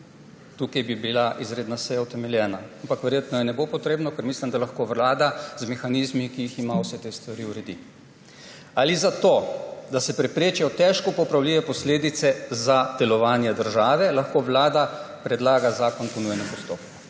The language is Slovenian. Tukaj bi bila izredna seja utemeljena, ampak verjetno ne bo potrebno, ker mislim, da lahko Vlada z mehanizmi, ki jih ima, vse te stvari uredi. »… ali zato da se preprečijo težko popravljive posledice za delovanje države, lahko Vlada predlaga zakon po nujnem postopku«.